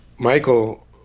Michael